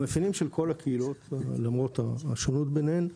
המאפיינים של כל הקהילות, למרות השונות ביניהן,